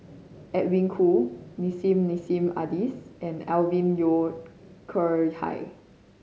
Edwin Koo Nissim Nassim Adis and Alvin Yeo Khirn Hai